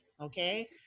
okay